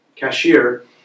cashier